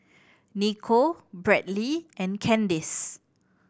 Niko Bradley and Candis